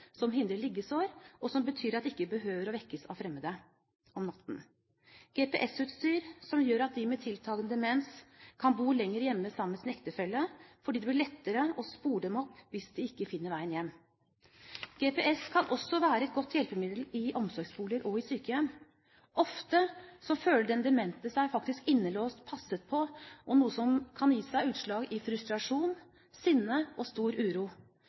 som hindrer liggesår, og som betyr at de ikke behøver å vekkes av fremmede om natten. Vi har også GPS-utstyr som gjør at de med tiltakende demens kan bo lenger hjemme sammen med sin ektefelle, fordi det blir lettere å spore dem opp hvis de ikke finner veien hjem. GPS kan også være et godt hjelpemiddel i omsorgsboliger og i sykehjem. Ofte føler den demente seg faktisk innelåst og passet på, noe som kan gi seg utslag i frustrasjon, sinne og stor uro.